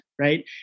right